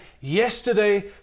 yesterday